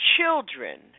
children